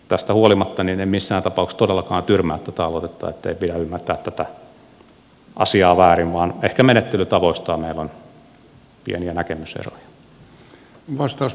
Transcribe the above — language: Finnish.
tästä huolimatta en missään tapauksessa todellakaan tyrmää tätä aloitetta ei pidä ymmärtää tätä asiaa väärin vaan ehkä menettelytavoista meillä on pieniä näkemyseroja